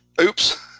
Oops